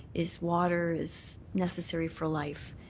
is water is necessary for life.